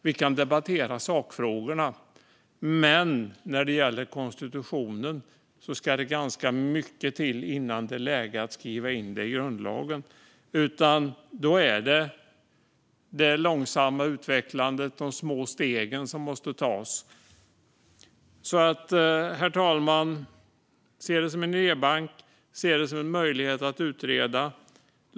Vi kan debattera sakfrågorna, men när det gäller konstitutionen ska det ganska mycket till innan det är läge att skriva in något i grundlagen. Då är det ett långsamt utvecklande som måste till och små steg som måste tas. Herr talman! Låt oss se detta som en idébank och en möjlighet att utreda!